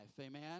Amen